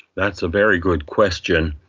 that's a very good question.